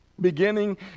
beginning